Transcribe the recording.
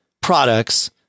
products